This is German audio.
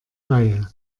reihe